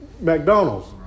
McDonald's